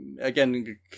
again